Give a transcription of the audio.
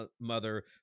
mother